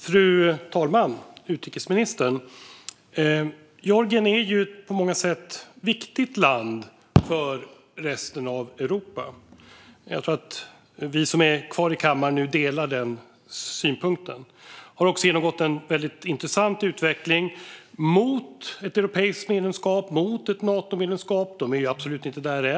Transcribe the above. Fru talman och utrikesministern! Georgien är på många sätt ett viktigt land för resten av Europa. Jag tror att vi som är kvar i kammaren delar den synpunkten. Landet har också genomgått en intressant utveckling mot ett medlemskap i Europeiska unionen och mot ett Natomedlemskap, men det är absolut inte där än.